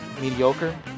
mediocre